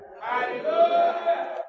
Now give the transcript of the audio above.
Hallelujah